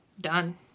done